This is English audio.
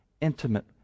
Intimate